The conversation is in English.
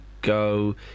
go